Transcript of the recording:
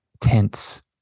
tense